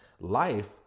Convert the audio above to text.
Life